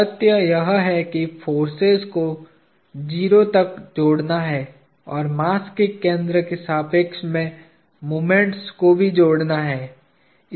तथ्य यह है कि फोर्सेज को 0 तक जोड़ना है और मास के केंद्र के सापेक्ष में मोमेंट्स को भी जोड़ना है